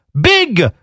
big